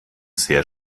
sehr